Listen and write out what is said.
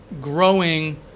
growing